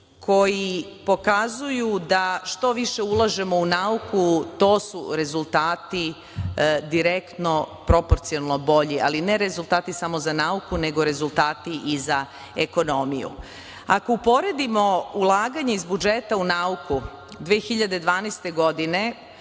koji pokazuju da što više ulažemo u nauku, to su rezultati direktno proporcionalno bolji, ali ne rezultati samo za nauku, nego rezultati i za ekonomiju. Ako uporedimo ulaganje iz budžeta u nauku 2012. godine